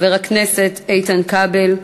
חבר הכנסת איתן כבל,